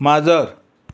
माजर